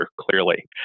clearly